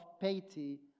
pity